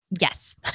Yes